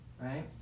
right